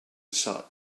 sat